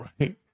right